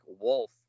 Wolf